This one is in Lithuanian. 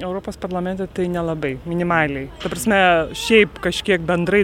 europos parlamente tai nelabai minimaliai ta prasme šiaip kažkiek bendrai